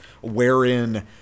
wherein